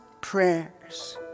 prayers